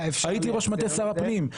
הייתי ראש מטה שר הפנים.